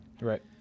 Right